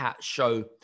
show